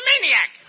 maniac